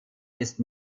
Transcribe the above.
ist